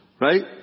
right